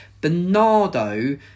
Bernardo